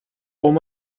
hom